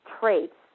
traits